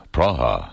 Praha